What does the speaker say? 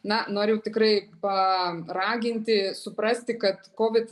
na noriu jau tikrai paraginti suprasti kad kovid